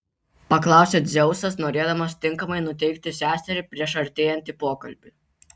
paklausė dzeusas norėdamas tinkamai nuteikti seserį prieš artėjantį pokalbį